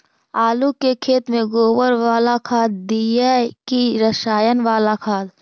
आलू के खेत में गोबर बाला खाद दियै की रसायन बाला खाद?